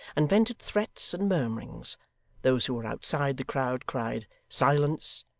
and vented threats and murmurings those who were outside the crowd cried, silence,